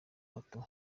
bato